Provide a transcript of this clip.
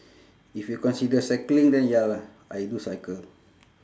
if you consider cycling then ya lah I do cycle